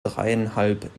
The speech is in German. dreieinhalb